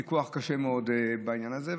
ויכוח קשה מאוד בעניין הזה.